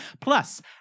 Plus